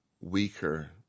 weaker